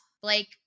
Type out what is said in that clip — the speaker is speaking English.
Blake